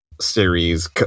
series